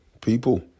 people